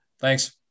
Thanks